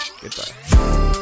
Goodbye